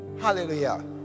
Hallelujah